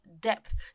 depth